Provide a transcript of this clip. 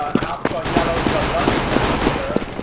um alex boniello's the lunch master.